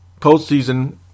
postseason